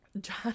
John